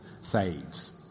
saves